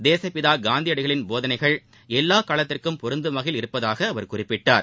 தேசுப்பிதா காந்தியடிகளின் போதனைகள் எல்லா காலத்திற்கும் பொருந்தும் வகையில் உள்ளதாக அவர் குறிப்பிட்டார்